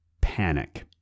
Panic